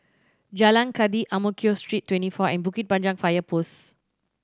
Jalan Kathi Ang Mo Kio Street Twenty four and Bukit Panjang Fire Post